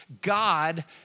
God